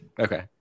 Okay